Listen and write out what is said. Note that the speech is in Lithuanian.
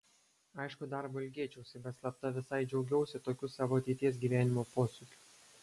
aišku darbo ilgėčiausi bet slapta visai džiaugiausi tokiu savo ateities gyvenimo posūkiu